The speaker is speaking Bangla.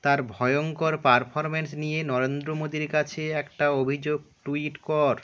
তার ভয়ঙ্কর পারফর্ম্যান্স নিয়ে নরেন্দ্র মোদীর কাছে একটা অভিযোগ টুইট কর